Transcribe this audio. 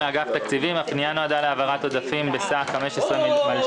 הפנייה נועדה להעברת עודפים בסך 15,609